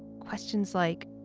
questions like,